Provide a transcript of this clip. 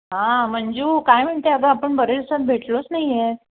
हां मंजू काय म्हणते अगं आपण बरेच सात भेटलोच नाही आहे